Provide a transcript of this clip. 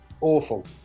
awful